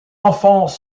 enfants